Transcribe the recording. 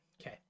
Okay